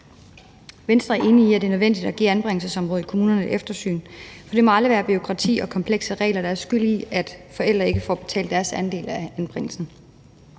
Venstre er enig i, at det er nødvendigt at give anbringelsesområdet i kommunerne et eftersyn, men det må aldrig være bureaukrati og komplekse regler, der er skyld i, at forældre ikke får betalt deres andel af anbringelsen.